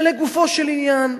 לגופו של עניין,